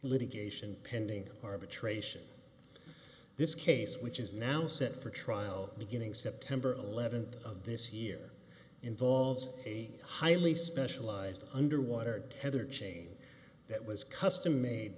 litigation pending arbitration this case which is now set for trial beginning september eleventh of this year involves a highly specialized underwater tether chain that was custom made